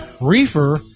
Reefer